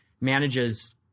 manages